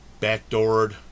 backdoored